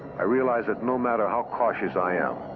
i realized that no matter how cautious i am,